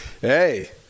hey